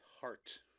heart